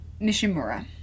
Nishimura